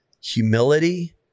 humility